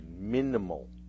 minimal